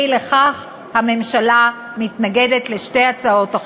ואי לכך הממשלה מתנגדת לשתי הצעות החוק.